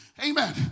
Amen